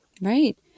Right